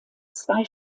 zwei